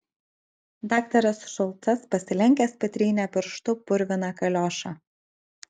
daktaras šulcas pasilenkęs patrynė pirštu purviną kaliošą